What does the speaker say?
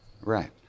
Right